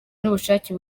n’ubushake